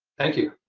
thank you.